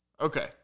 Okay